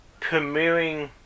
premiering